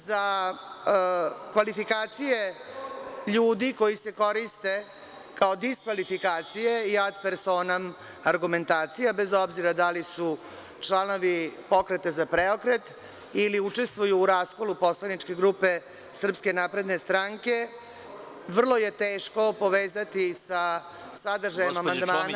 Za kvalifikacije ljudi koje se koriste kao diskvalifikacije, ad personam argumentacija bez obzira da li su članovi Pokreta za preokret ili učestvuju u raskolu poslaničke grupe SNS, vrlo je teško povezati sa sadržajem amandmana